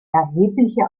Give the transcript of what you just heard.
erhebliche